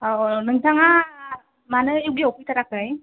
अ नोंथाङा मानो य'गायाव फैथाराखै